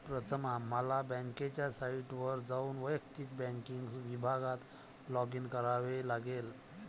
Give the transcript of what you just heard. प्रथम आम्हाला बँकेच्या साइटवर जाऊन वैयक्तिक बँकिंग विभागात लॉगिन करावे लागेल